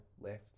left